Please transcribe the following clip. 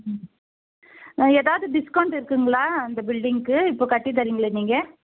எதாவது டிஸ்க்கவுண்ட் இருக்குதுங்களா அந்த பில்டிங்க்கு இப்போ கட்டித்தறிங்களே நீங்கள்